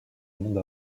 monde